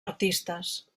artistes